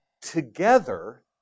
together